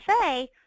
say